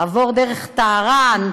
עבור דרך טהראן,